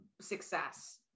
success